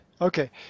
okay